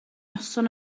noson